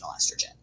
estrogen